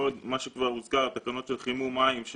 מה שכבר הוזכר התקנות של חימום מים,